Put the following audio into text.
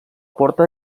porta